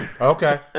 okay